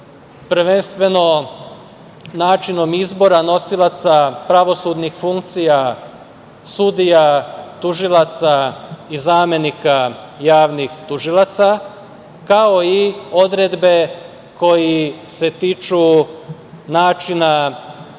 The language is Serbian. prvenstveno načinom izbora nosioca pravosudnih funkcija sudija, tužilaca i zamenika javnih tužilaca, kao i odredbe koje se tiču načina